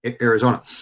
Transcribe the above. Arizona